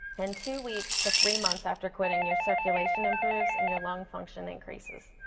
and two weeks to three months after quitting your circulation improves and your lung function increases.